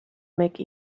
make